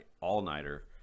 All-Nighter